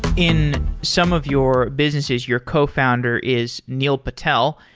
in some of your businesses, your cofounder is neil patel,